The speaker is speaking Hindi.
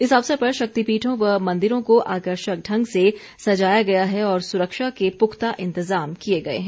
इस अवसर पर शक्तिपीठों व मंदिरों को आकर्षक ढंग से सजाया गया है और सुरक्षा के पुख्ता इंतजाम किए गए हैं